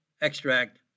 extract